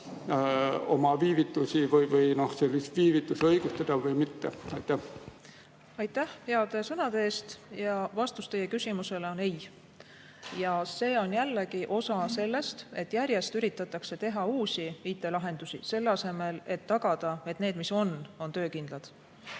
oma viivitusi õigustada või mitte? Aitäh heade sõnade eest! Vastus teie küsimusele on ei. See on jällegi osa sellest, et järjest üritatakse teha uusi IT‑lahendusi selle asemel, et tagada, et need, mis on, on töökindlad.